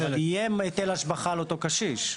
אבל יהיה היטל השבחה על הקשיש.